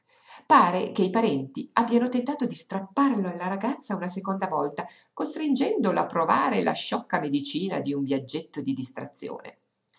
pare che i parenti abbiano tentato di strapparlo alla ragazza una seconda volta costringendolo a provare la sciocca medicina di un viaggetto di distrazione